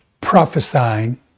prophesying